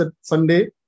Sunday